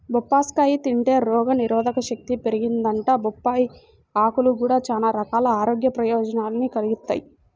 బొప్పాస్కాయ తింటే రోగనిరోధకశక్తి పెరిగిద్దంట, బొప్పాయ్ ఆకులు గూడా చానా రకాల ఆరోగ్య ప్రయోజనాల్ని కలిగిత్తయ్